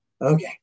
Okay